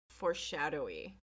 foreshadowy